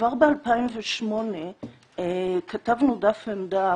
כבר ב-2008 כתבנו דף עמדה,